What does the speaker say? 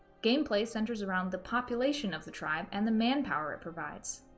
gameplay centers around the population of the tribe and the manpower it provides.